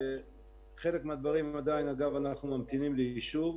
כשבחלק מהדברים עדיין אגב אנחנו ממתינים לאישור.